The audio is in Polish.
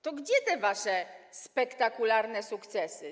To gdzie te wasze spektakularne sukcesy?